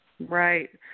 Right